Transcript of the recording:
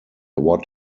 what